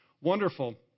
wonderful